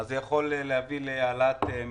זה יכול להביא להעלאת מחירים.